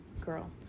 girl